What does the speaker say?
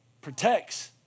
protects